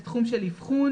לתחום של אבחון,